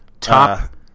top